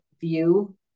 view